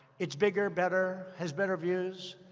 it's bigger, better, has better views.